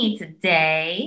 today